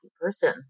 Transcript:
person